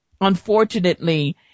unfortunately